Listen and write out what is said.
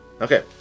Okay